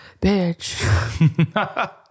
bitch